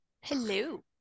Hello